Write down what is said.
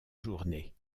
journée